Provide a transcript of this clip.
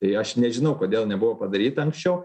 tai aš nežinau kodėl nebuvo padaryta anksčiau